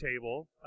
table